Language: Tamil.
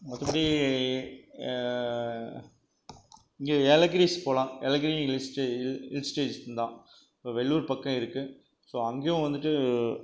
மற்றபடி இங்கே ஏலகிரிஸ் ஹில்ஸ் போகலாம் ஏலகிரியும் ஹில் ஹில் ஸ்டேஷன்தான் இப்போ வெள்ளூர் பக்கம் இருக்கு ஸோ அங்கேயும் வந்துவிட்டு